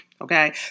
Okay